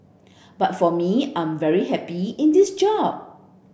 but for me I am very happy in this job